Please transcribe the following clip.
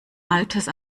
altes